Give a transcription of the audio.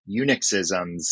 Unixisms